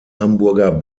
hamburger